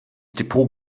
depot